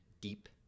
deep